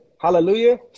Hallelujah